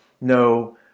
no